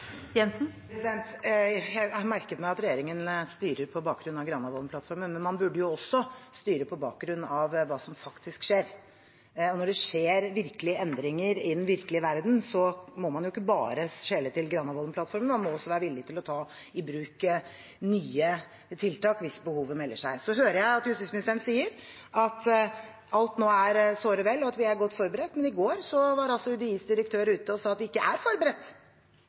Jeg har merket meg at regjeringen styrer på bakgrunn av Granavolden-plattformen, men man burde også styre på bakgrunn av hva som faktisk skjer. Når det skjer virkelige endringer i den virkelige verden, må man ikke bare skjele til Granavolden-plattformen, man må også være villig til å ta i bruk nye tiltak hvis behovet melder seg. Jeg hører at justisministeren sier at alt nå er såre vel, og at vi er godt forberedt. Men i går var UDIs direktør ute og sa at vi ikke er forberedt.